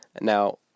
Now